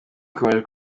gikomeje